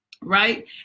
right